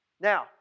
Now